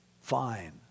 fine